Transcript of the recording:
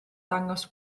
dangos